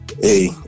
Hey